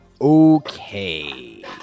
Okay